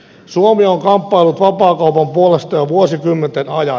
suomi on kamppaillut vapaakaupan puolesta jo vuosikymmenten ajan